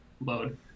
load